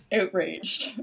outraged